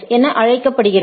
என அழைக்கப்படுகிறது